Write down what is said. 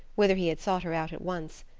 whither he had sought her out at once.